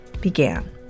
began